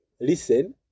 listen